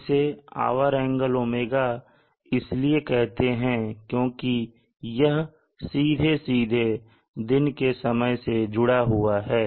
इसे hour angle ω इसलिए कहते हैं क्योंकि यह सीधे सीधे दिन के समय से जुड़ा हुआ है